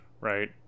right